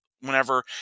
whenever